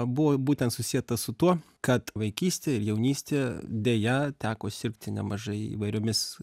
buvo būtent susieta su tuo kad vaikystėj ir jaunystėj deja teko sirgti nemažai įvairiomis